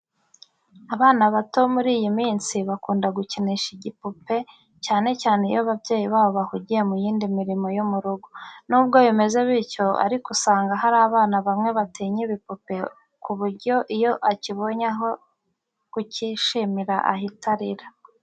Abana bato muri iyi minsi bakunda gukinisha ibipupe cyane cyane iyo ababyeyi babo bahugiye mu yindi mirimo yo mu rugo. Nubwo bimeze bityo ariko usanga hari abana bamwe batinya ibipupe ku buryo iyo akibonye aho kukishimira ahita arira.